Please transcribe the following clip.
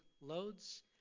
loads